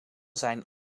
zijn